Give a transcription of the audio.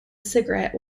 cigarette